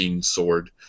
sword